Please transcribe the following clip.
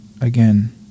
again